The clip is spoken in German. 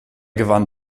gewann